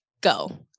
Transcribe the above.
go